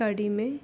ಕಡಿಮೆ